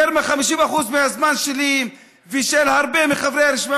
יותר מ-50% מהזמן שלי ושל הרבה מחברי הרשימה